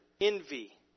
envy